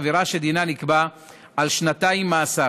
עבירה שדינה שנתיים מאסר.